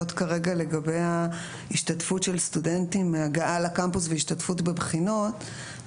כרגע לגבי ההשתתפות של סטודנטים מהגעה לקמפוס והשתתפות בבחינות,